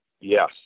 yes